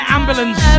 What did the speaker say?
Ambulance